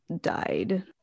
died